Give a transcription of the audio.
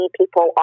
people